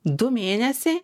du mėnesiai